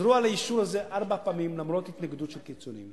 וחזרו על האישור הזה ארבע פעמים למרות התנגדות של קיצונים.